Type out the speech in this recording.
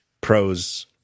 Pros